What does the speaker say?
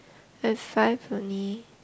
have five only